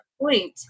point